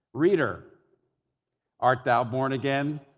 reader art thou born again?